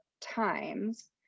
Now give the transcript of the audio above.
times